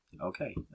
Okay